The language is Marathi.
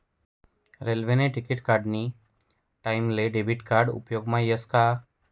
रेल्वेने तिकिट काढानी टाईमले डेबिट कार्ड उपेगमा यस का